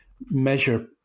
measure